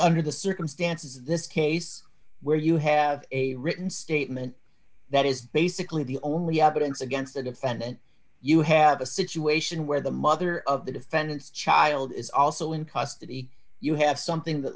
under the circumstances this case where you have a written statement that is basically the only evidence against the defendant you have a situation where the mother of the defendant's child is also in custody you have something that